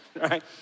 right